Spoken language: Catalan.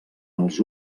els